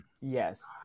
Yes